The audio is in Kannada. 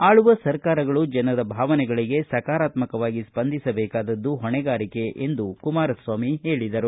ಆಳುವ ಸರ್ಕಾರಗಳು ಜನರ ಭಾವನೆಗಳಿಗೆ ಸಕಾರಾತ್ಸಕವಾಗಿ ಸ್ಪಂದಿಸಬೇಕಾದದ್ದು ಹೊಣೆಗಾರಿಕೆ ಎಂದು ಹೇಳದರು